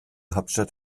hauptstadt